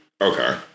Okay